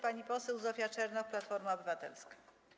Pani poseł Zofia Czernow, Platforma Obywatelska.